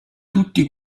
tutti